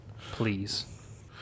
please